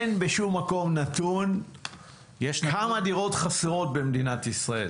אין בשום מקום נתון כמה דירות חסרות במדינת ישראל,